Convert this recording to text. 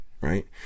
Right